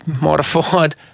modified